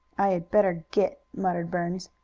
i had better get, muttered burns.